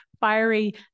fiery